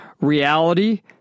reality